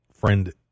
friend